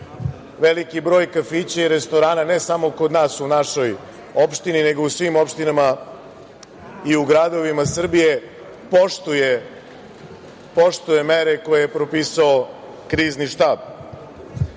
Veliki broj kafića i restorana, ne samo kod nas u našoj opštini, nego u svim opštinama i u gradovima Srbije, poštuje mere koje je propisao Krizni štab. Ja